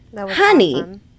honey